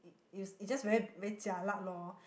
it is is just very very jialat lor